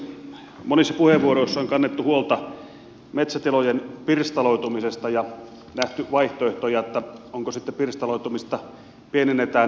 monissa puheenvuoroissa on kannettu huolta metsätilojen pirstaloitumisesta ja nähty sellaisia vaihtoehtoja että pirstaloitumista pienennetään yhteismetsillä tai muilla